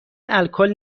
الکل